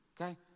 Okay